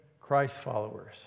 Christ-followers